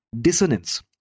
dissonance